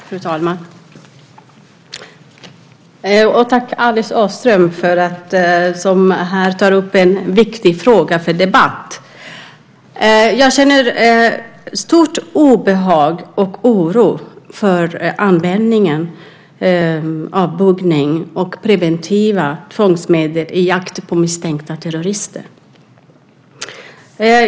Fru talman! Jag vill tacka Alice Åström för att hon tar upp en viktig fråga till debatt. Jag känner stort obehag och stor oro inför användningen av buggning och preventiva tvångsmedel i jakten på misstänkta terrorister.